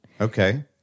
Okay